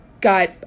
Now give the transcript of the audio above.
got